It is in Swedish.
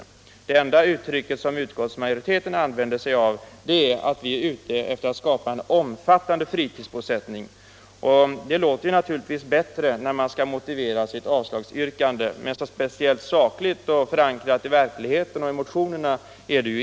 Det enda uttryck som utskottsmajoriteten använder är att vi är ute efter att skapa en omfattande fritidsbosättning. Det låter naturligtvis bättre när man skall motivera sitt avslagsyrkande, men speciellt sakligt och förankrat i verkligheten och i motionerna är det inte.